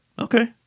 Okay